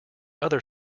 other